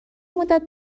مدت